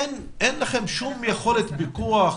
אין לכם שום יכולת פיקוח.